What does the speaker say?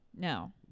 No